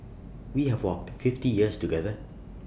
we have walked fifty years together